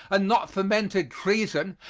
and not fomented treason,